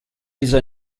dieser